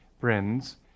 friends